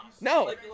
No